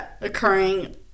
occurring